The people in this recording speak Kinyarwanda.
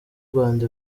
rwanda